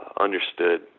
understood